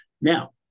Now